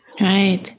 Right